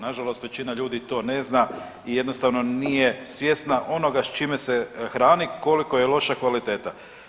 Nažalost većina ljudi to ne zna i jednostavno nije svjesna onoga s čime se hrani, koliko je loša kvaliteta.